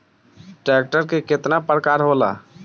Tractor के केतना प्रकार होला?